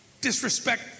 disrespect